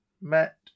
Met